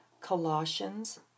Colossians